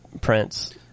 Prince